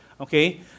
Okay